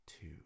two